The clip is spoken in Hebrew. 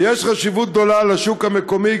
ויש חשיבות גדולה לשוק המקומי,